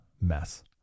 mess